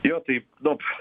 jo taip nup